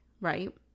right